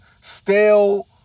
stale